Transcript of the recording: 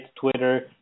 Twitter